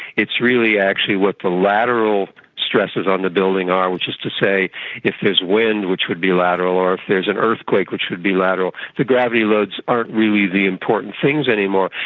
it's really actually what the lateral stresses on the building are, which is to say if there's wind which would be lateral or if there is an earthquake which would be lateral, the gravity loads aren't really the important things anymore.